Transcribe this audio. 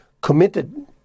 committed